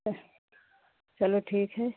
चलो ठीक है